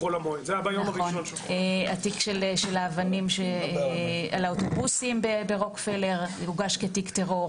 על האבנים שנזרקו על אוטובוסים כתיק טרור